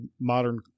modern